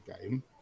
game